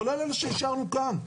כולל אילו שאישרנו כאן,